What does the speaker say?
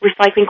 recycling